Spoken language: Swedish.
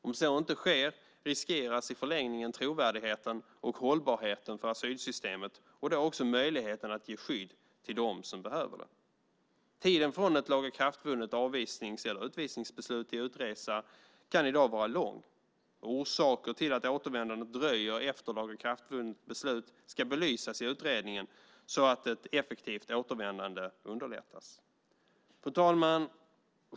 Om så inte sker riskeras i förlängningen trovärdigheten och hållbarheten för asylsystemet och då också möjligheten att ge skydd till dem som behöver det. Tiden från ett lagakraftvunnet avvisnings eller utvisningsbeslut till utresa kan i dag vara lång. Orsaker till att återvändande dröjer efter lagakraftvunnet beslut ska belysas i utredningen, så att ett effektivt återvändande underlättas. Fru talman!